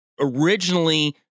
originally